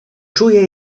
czuję